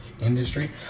industry